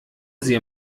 sie